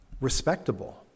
respectable